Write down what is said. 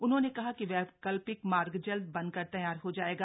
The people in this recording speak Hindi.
उन्होंने कहा कि वैकल्पिक मार्ग जल्द बनकर तैयार हो जाएगा